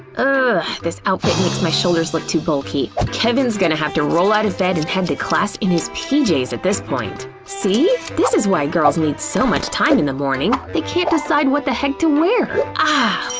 ah this outfit makes my shoulders look too bulky. kevin's gonna have to roll out of bed and head to class in his pjs at this point. see? this is why girls need so much time in the morning they can't decide what the heck to wear! ah,